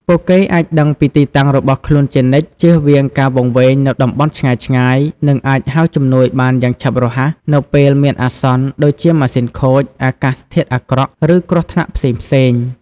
ពួកគេអាចដឹងពីទីតាំងរបស់ខ្លួនជានិច្ច ជៀសវាងការវង្វេងនៅតំបន់ឆ្ងាយៗ និងអាចហៅជំនួយបានយ៉ាងឆាប់រហ័សនៅពេលមានអាសន្ន ដូចជាម៉ាស៊ីនខូច អាកាសធាតុអាក្រក់ ឬគ្រោះថ្នាក់ផ្សេងៗ។